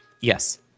yes